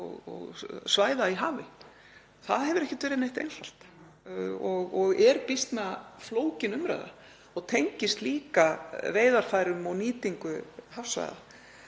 og svæða í hafi. Það hefur ekki verið einfalt, er býsna flókin umræða og tengist líka veiðarfærum og nýtingu hafsvæða.